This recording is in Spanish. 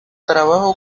trabajó